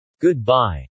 Goodbye